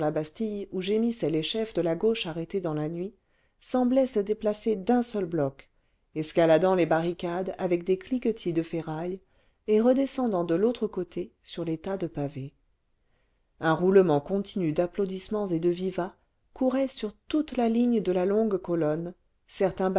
bastille où gémissaient les chefs cle la gauche arrêtés clans la nuit semblait se déplacer d'un seul bloc escaladant les barricades avec des cliquetis cle ferraille et redescendant cle l'autre côté sur les tas cle pavés un roulement continu d'applaudissements et de vivats courait sur toute la ligne de la longue colonne certains